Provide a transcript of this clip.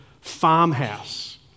farmhouse